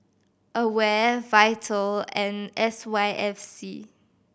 AWARE Vital and S Y F C